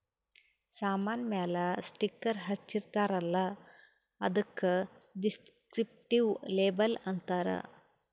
ಸಾಮಾನ್ ಮ್ಯಾಲ ಸ್ಟಿಕ್ಕರ್ ಹಚ್ಚಿರ್ತಾರ್ ಅಲ್ಲ ಅದ್ದುಕ ದಿಸ್ಕ್ರಿಪ್ಟಿವ್ ಲೇಬಲ್ ಅಂತಾರ್